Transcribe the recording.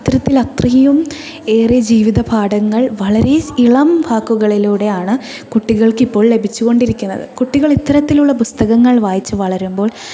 അത്തരത്തിൽ അത്രയും ഏറെ ജീവിത പാഠങ്ങൾ വളരെ ഇളം വാക്കുകളിലൂടെയാണ് കുട്ടികൾക്ക് ഇപ്പോൾ ലഭിച്ചുകൊണ്ടിരിക്കുന്നത് കുട്ടികൾ ഇത്തരത്തിലുള്ള പുസ്തകങ്ങൾ വായിച്ചു വളരുമ്പോൾ